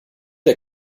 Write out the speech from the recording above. der